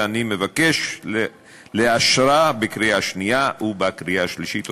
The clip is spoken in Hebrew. ואני מבקש לאשרה בקריאה שנייה ובקריאה שלישית.